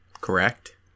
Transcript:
Correct